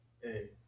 hey